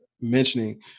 mentioning